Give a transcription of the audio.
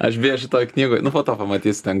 aš beje šitoj knygoj nu po to pamatysi ten